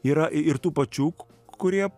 yra ir tų pačių kurie